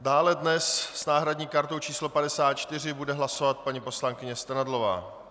Dále dnes s náhradní kartou číslo 54 bude hlasovat paní poslankyně Strnadlová.